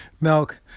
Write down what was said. milk